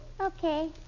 Okay